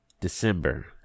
december